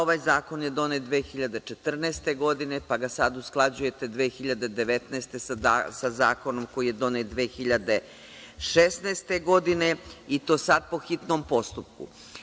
Ovaj zakon je donet 2014. godine pa ga sada usklađujete 2019. godine sa zakonom koji je donet 2016. godine i to sada po hitnom postupku.